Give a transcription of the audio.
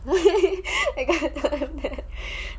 that kind